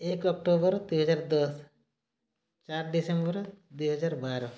ଏକ ଅକ୍ଟୋବର ଦୁଇହଜାର ଦଶ ଚାର ଡିସେମ୍ବର ଦୁଇହଜାର ବାର